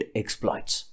exploits